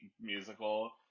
musical